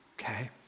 Okay